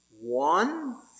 one